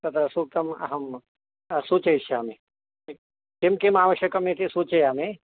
तत् सूक्तं अहं सूचयिष्यामि किं किं आवश्यकं इति सूचयामि